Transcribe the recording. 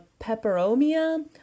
Peperomia